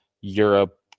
europe